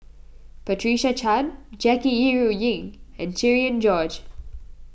Patricia Chan Jackie Yi Ru Ying and Cherian George